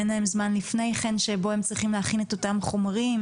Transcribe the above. אין להם זמן לפני כן שבו הם צריכים להכין את אותם חומרים,